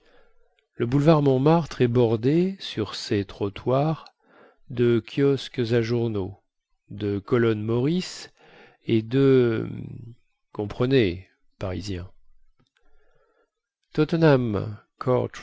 le boulevard montmartre est bordé sur ses trottoirs de kiosques à journaux de colonnes morris et de comprenez parisiens tottenham court